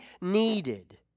needed